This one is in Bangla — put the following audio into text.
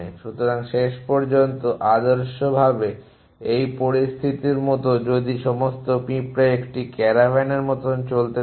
সুতরাং শেষ পর্যন্ত আদর্শভাবে এই পরিস্থিতির মতো যদি সমস্ত পিঁপড়া একটি ক্যারাভান এর মতো চলতে থাকে